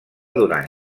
durant